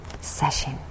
session